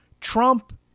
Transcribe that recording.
Trump